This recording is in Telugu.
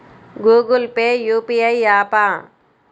గూగుల్ పే యూ.పీ.ఐ య్యాపా?